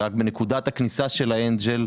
זה רק בנקודת הכניסה של האנג'ל,